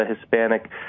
Hispanic